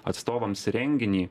atstovams renginį